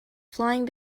flying